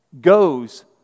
goes